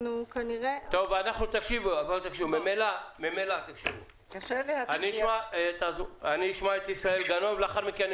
אנחנו כנראה --- אני אשמע את ישראל גנון ולאחר מכן אני